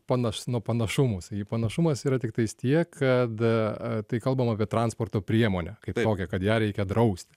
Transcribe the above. panaš nuo panašumų saky panašumas yra tiktais tiek kad a kai kalbam apie transporto priemonę kaip tokią kad ją reikia draust